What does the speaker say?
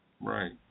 Right